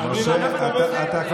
אני מעריך אותך, למה אתה עושה את זה?